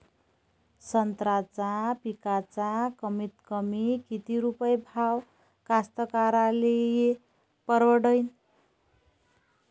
संत्र्याचा पिकाचा कमीतकमी किती रुपये भाव कास्तकाराइले परवडन?